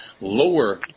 lower